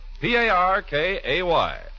P-A-R-K-A-Y